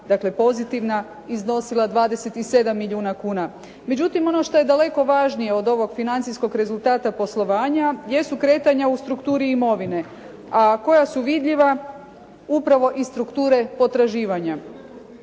dakle pozitivna iznosila 27 milijuna kuna. Međutim ono što je daleko važnije od ovog financijskog rezultata poslovanja jesu kretanja u strukturi imovine a koja su vidljiva upravo iz strukture potraživanja.